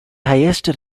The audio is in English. highest